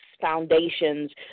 foundations